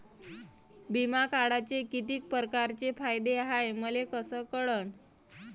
बिमा काढाचे कितीक परकारचे फायदे हाय मले कस कळन?